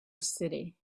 city